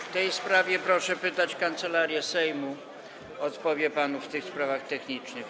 W tej sprawie proszę pytać Kancelarię Sejmu, odpowie panu w tych kwestiach technicznych.